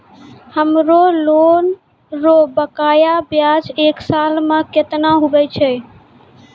हमरो लोन रो बकाया ब्याज एक साल मे केतना हुवै छै?